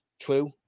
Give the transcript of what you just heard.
true